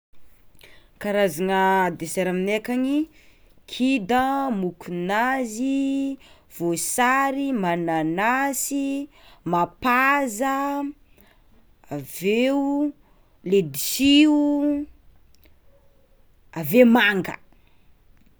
Karazagna desera aminay akagny: kida, mokonazy, voasary, mananasy, mapaza, aveo ledisy o, aveo manga.